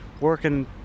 Working